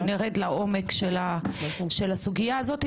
נרד לעומק של הסוגיה הזאת,